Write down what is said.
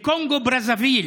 בקונגו-ברזוויל,